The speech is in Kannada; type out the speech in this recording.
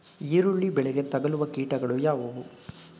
ಈರುಳ್ಳಿ ಬೆಳೆಗೆ ತಗಲುವ ಕೀಟಗಳು ಯಾವುವು?